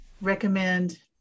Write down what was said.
recommend